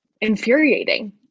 infuriating